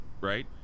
right